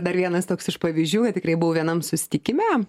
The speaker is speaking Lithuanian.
dar vienas toks iš pavyzdžių tikrai buvau vienam susitikime